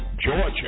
Georgia